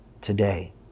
today